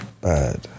bad